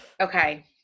Okay